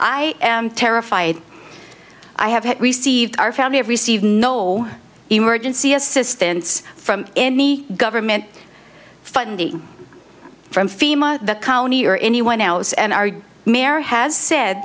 i am terrified i have received our family have received no emergency assistance from any government funding from fema county or anyone else and our mayor has said